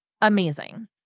amazing